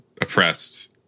oppressed